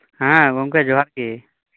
ᱦᱮᱸ ᱜᱚᱝᱠᱮ ᱡᱚᱦᱟᱨ ᱜᱮ